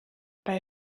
bei